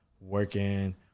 working